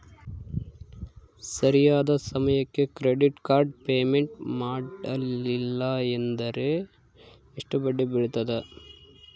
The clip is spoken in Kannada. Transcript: ಸರಿಯಾದ ಸಮಯಕ್ಕೆ ಕ್ರೆಡಿಟ್ ಕಾರ್ಡ್ ಪೇಮೆಂಟ್ ಮಾಡಲಿಲ್ಲ ಅಂದ್ರೆ ಎಷ್ಟು ಬಡ್ಡಿ ಬೇಳ್ತದ?